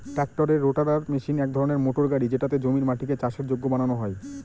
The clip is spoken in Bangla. ট্রাক্টরের রোটাটার মেশিন এক ধরনের মোটর গাড়ি যেটাতে জমির মাটিকে চাষের যোগ্য বানানো হয়